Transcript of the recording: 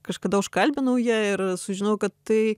kažkada užkalbinau ją ir sužinojau kad tai